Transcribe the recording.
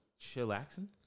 chillaxing